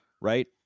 right